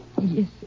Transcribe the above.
Yes